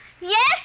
Yes